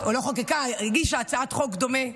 או לא חוקקה, הגישה הצעת חוק דומה,